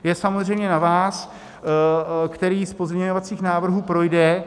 Je samozřejmě na vás, který z pozměňovacích návrhů projde.